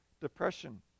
depression